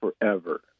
forever